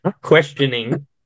Questioning